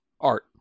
art